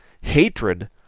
hatred